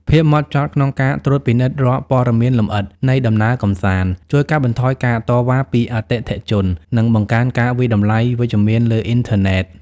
ភាពហ្មត់ចត់ក្នុងការត្រួតពិនិត្យរាល់ព័ត៌មានលម្អិតនៃដំណើរកម្សាន្ត ជួយកាត់បន្ថយការតវ៉ាពីអតិថិជន និងបង្កើនការវាយតម្លៃវិជ្ជមានលើអ៊ីនធឺណិត។